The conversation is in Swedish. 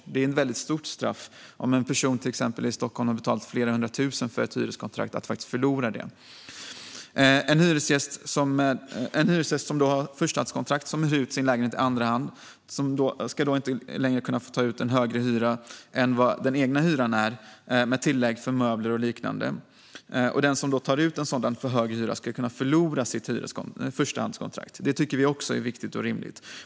Detta är ett väldigt stort straff. En person i Stockholm har kanske betalat flera hundra tusen för ett hyreskontrakt och kan nu förlora det. En hyresgäst som har ett förstahandskontrakt och som hyr ut sin lägenhet i andra hand ska inte längre kunna få ta ut en hyra som är högre än den egna hyran med tillägg för möbler och liknande. Den som tar ut en för hög hyra ska kunna förlora sitt förstahandskontrakt. Detta tycker vi också är viktigt och rimligt.